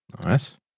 Nice